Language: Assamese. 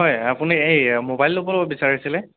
হয় আপুনি এই মোবাইল ল'বলৈ বিচাৰিছিলে